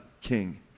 king